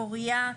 פורייה,